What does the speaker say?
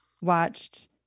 watched